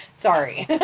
Sorry